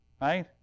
right